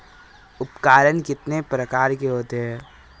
उपकरण कितने प्रकार के होते हैं?